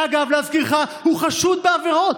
אגב, להזכירך, הוא חשוד בעבירות.